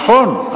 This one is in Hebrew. נכון,